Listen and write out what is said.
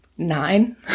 nine